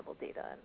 data